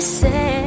say